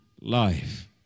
life